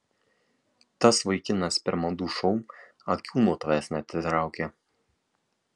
tas vaikinas per madų šou akių nuo tavęs neatitraukė